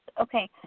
okay